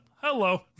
Hello